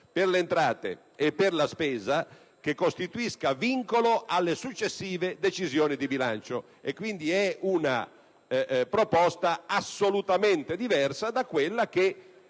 per le entrate e per la spesa che costituisca vincolo alle successive decisioni di bilancio. Quindi è una proposta assolutamente diversa da quella che,